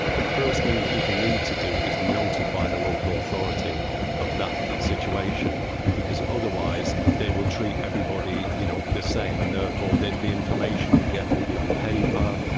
the first thing people need to do is notify the local authority of that situation because otherwise they will treat everybody you know the same and therefore the information you get will be on paper,